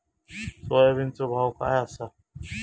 सोयाबीनचो भाव काय आसा?